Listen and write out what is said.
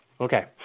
Okay